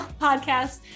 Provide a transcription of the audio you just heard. podcast